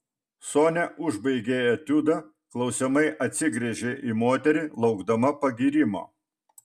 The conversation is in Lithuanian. sonia užbaigė etiudą klausiamai atsigręžė į moterį laukdama pagyrimo